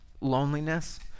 loneliness